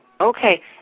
Okay